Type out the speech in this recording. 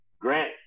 Grant